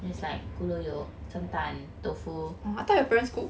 it's like gu lou yok 蒸蛋豆腐